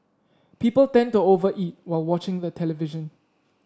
people tend to over eat while watching the television